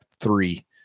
three